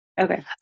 Okay